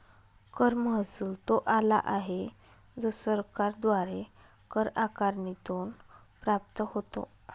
कर महसुल तो आला आहे जो सरकारद्वारे कर आकारणीतून प्राप्त होतो